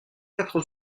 quatre